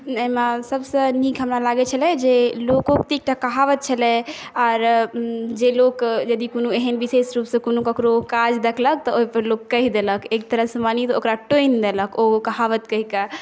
एहिमे सभसँ नीक हमरा लागैत छले जे लोकोक्ति एकटा कहावत छलै आर जे लोक यदि कोनो एहन विशेष रूपसँ कोनो ककरो काज देखलक तऽ ओहिपर लोक कहि देलक एक तरहसँ मानियौ तऽ ओकरा टोनि देलक ओ कहावत कहि कऽ